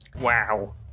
Wow